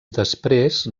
després